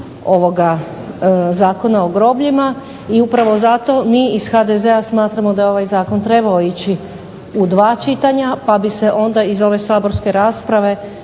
ovoga Zakona o grobljima i upravo zato mi iz HDZ-a smatramo da je ovaj zakon trebao ići u dva čitanja pa bi se onda iz ove saborske rasprave